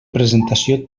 presentació